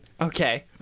Okay